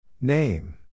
Name